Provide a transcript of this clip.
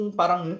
parang